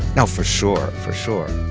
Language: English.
and for sure, for sure